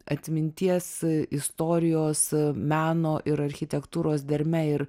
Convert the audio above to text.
atminties istorijos meno ir architektūros derme ir